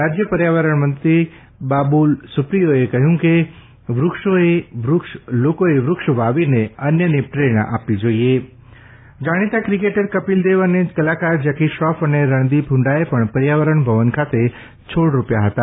રાજ્ય પર્યાવરણ મંત્રી બાબુલ સુપ્રિયોએ કહ્યું કે લોકોએ વૃક્ષ વાવીને અન્યને પ્રેરણા આપવી જાઇએ જાણીતા ક્રિકેટર કપિલદેવ અને કલાકાર જેકી શ્રોફ અને રણદીપ હુક્રાએ પણ પર્યાવરણ ભવન ખાતે છોડ રોપ્યા હતા